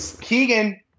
Keegan